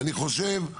ואני חושב,